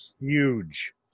huge